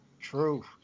True